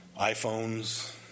iPhones